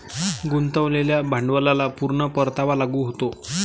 गुंतवलेल्या भांडवलाला पूर्ण परतावा लागू होतो